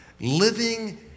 living